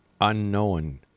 unknown